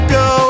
go